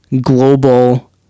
global